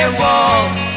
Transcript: walls